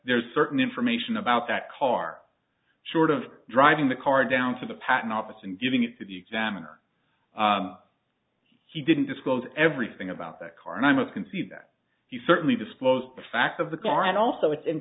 there's certain information about that car short of driving the car down to the patent office and giving it to the examiner he didn't disclose everything about that car and i must concede that he certainly disclosed the facts of the car and also its in